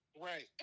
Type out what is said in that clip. right